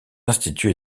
institut